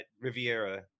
Riviera